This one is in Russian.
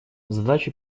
задача